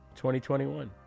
2021